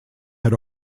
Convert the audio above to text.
had